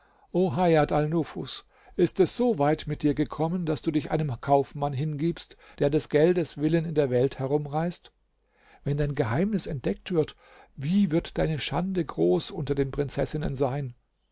alnufus ist es so weit mit dir gekommen daß du dich einem kaufmann hingibst der des geldes willen in der welt herumreist wenn dein geheimnis entdeckt wird wie wird deine schande groß unter den prinzessinnen sein